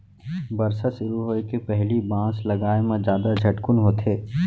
बरसा सुरू होए के पहिली बांस लगाए म जादा झटकुन होथे